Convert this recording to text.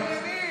שידבר עניינית,